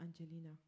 Angelina